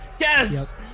yes